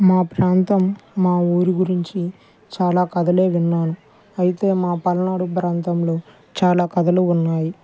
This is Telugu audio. మా ప్రాంతం మా ఊరి గురించి చాలా కథలే విన్నాను అయితే మా పల్నాడు ప్రాంతంలో చాలా కథలు ఉన్నాయి